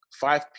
five